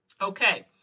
Okay